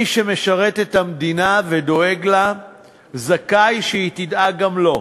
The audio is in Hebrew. מי שמשרת את המדינה ודואג לה זכאי שהיא תדאג גם לו.